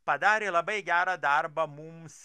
padarė labai gerą darbą mums